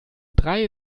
drei